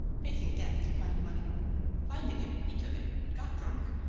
facing death to find money finding it, he took it, got drunk,